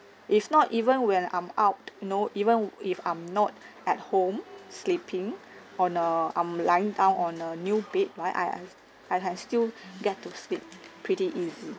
if not even when I'm out you know even if I'm not at home sleeping on err I'm lying down on a new bed right I I can still get to sleep pretty easy